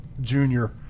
junior